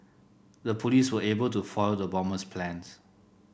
the police were able to foil the bomber's plans